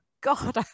God